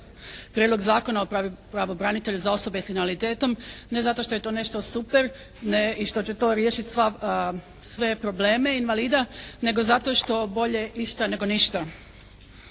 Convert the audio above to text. Prijedlog zakona o pravu branitelja za osobe s invaliditetom ne zato što je to nešto super i što će to riješiti sva, sve probleme invalida nego zato što bolje išta nego ništa.